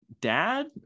dad